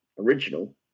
original